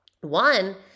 one